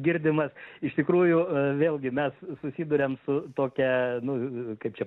girdimas iš tikrųjų vėlgi mes susiduriam su tokia nu kaip čia